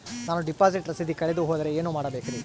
ನಾನು ಡಿಪಾಸಿಟ್ ರಸೇದಿ ಕಳೆದುಹೋದರೆ ಏನು ಮಾಡಬೇಕ್ರಿ?